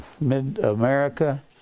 mid-America